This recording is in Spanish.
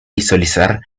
visualizar